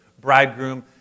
bridegroom